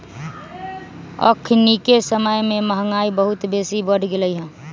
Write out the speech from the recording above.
अखनिके समय में महंगाई बहुत बेशी बढ़ गेल हइ